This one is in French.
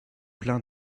plein